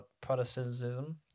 Protestantism